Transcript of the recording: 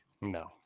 No